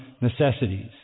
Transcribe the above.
necessities